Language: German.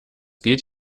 geht